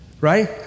Right